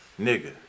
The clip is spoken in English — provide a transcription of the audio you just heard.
Nigga